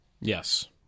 Yes